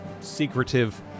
secretive